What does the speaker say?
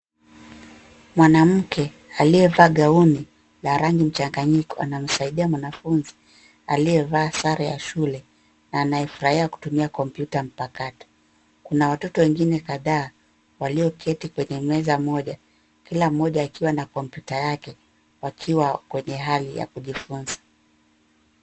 Mwanamke aliyevaa gauni la rangi mchanganyiko, anamsaidia mwanafunzi aliyevaa sare ya shule na anayefurahia kompyuta mpakato. Kuna watoto wengine kadhaa walioketi kwenye meza moja, kila mmoja akiwa na kompyuta yake, wakiwa kwenye hali ya kujifunza.